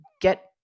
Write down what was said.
get